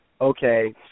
okay